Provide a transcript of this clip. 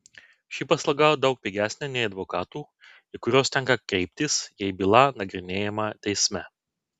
ši paslauga daug pigesnė nei advokatų į kuriuos tenka kreiptis jei byla nagrinėjama teisme